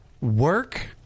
work